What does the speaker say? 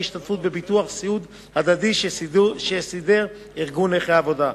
השתתפות בביטוח סיעוד הדדי שסידר ארגון נכי העבודה.